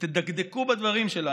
ותדקדקו בדברים שלה.